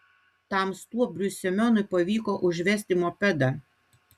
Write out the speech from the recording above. tam stuobriui semionui pavyko užvesti mopedą